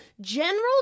general